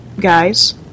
guys